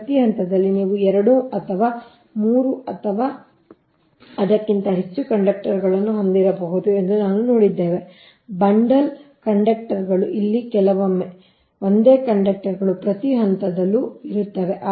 ಪ್ರತಿ ಹಂತದಲ್ಲಿ ನೀವು 2 ಅಥವಾ 3 ಅಥವಾ ಅದಕ್ಕಿಂತ ಹೆಚ್ಚು ಕಂಡಕ್ಟರ್ಗಳನ್ನು ಹೊಂದಿರಬಹುದು ಎಂದು ನಾವು ನೋಡಿದ್ದೇವೆ ಬಂಡಲ್ ಕಂಡಕ್ಟರ್ಗಳು ಇವೆ ಕೆಲವೊಮ್ಮೆ ಒಂದೇ ಕಂಡಕ್ಟರ್ಗಳು ಪ್ರತಿ ಹಂತದಲ್ಲೂ ಇರುತ್ತವೆ